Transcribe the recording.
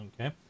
Okay